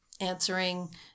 answering